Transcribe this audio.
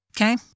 Okay